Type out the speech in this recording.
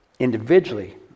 individually